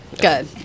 good